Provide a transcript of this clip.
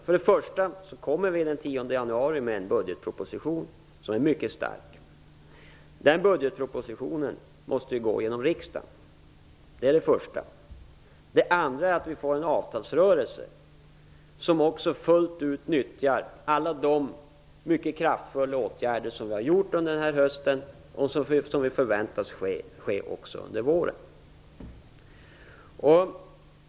För det första kommer vi den 10 januari med en budgetproposition som är mycket stark. Den budgetpropositionen måste gå igenom i riksdagen. Det är det första. Det andra är att vi får en avtalsrörelse där man fullt ut nyttjar alla de mycket kraftfulla åtgärder vi har vidtagit under denna höst och som förväntas komma under våren.